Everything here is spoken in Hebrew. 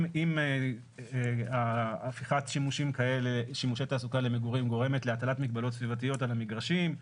אם הפיכת שימושי תעסוקה למגורים גורמת להטלת מגבלות סביבתיות על מגרשים,